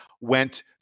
went